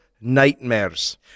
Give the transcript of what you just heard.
nightmares